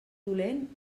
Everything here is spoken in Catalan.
dolent